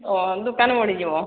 ଦକାନ ବୁଡ଼ିଯିବ